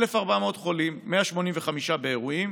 1,400 חולים: 185 באירועים,